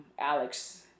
Alex